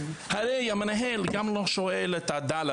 הרי המנהל גם לא שואל את עדאללה,